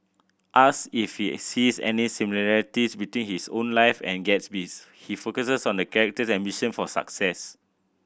ask if he sees any similarities between his own life and Gatsby's he focuses on the character's ambition for success